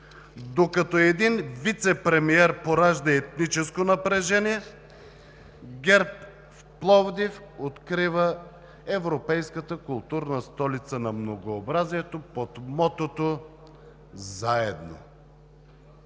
докато един вицепремиер поражда етническо напрежение, ГЕРБ в Пловдив открива „Европейската културна столица на многообразието“ под мотото „Заедно“.